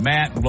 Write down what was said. Matt